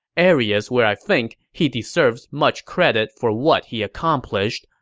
areas where i think he deserves much credit for what he accomplished,